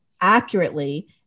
accurately